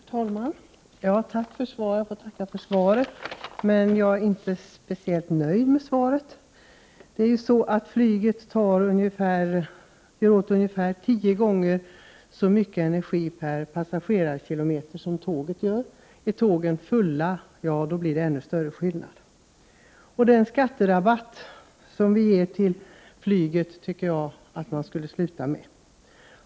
Herr talman! Jag tackar kommunikationsministern för svaret, men jag är inte speciellt nöjd. Flyget kräver ungefär tio gånger mer energi per passagerarkilometer än tåget. Om tågen är fulla, blir skillnaden ännu större. Den skatterabatt som flyget har tycker jag att man skulle sluta ge.